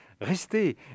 restez